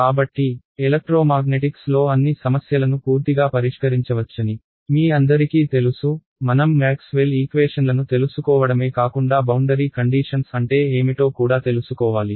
కాబట్టి ఎలక్ట్రోమాగ్నెటిక్స్ లో అన్ని సమస్యలను పూర్తిగా పరిష్కరించవచ్చని మీ అందరికీ తెలుసు మనం మ్యాక్స్వెల్ ఈక్వేషన్లను తెలుసుకోవడమే కాకుండా బౌండరీ కండీషన్స్ అంటే ఏమిటో కూడా తెలుసుకోవాలి